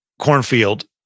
cornfield